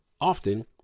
often